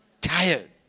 Tired